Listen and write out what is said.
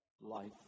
life